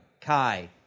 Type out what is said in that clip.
Kai